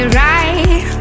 right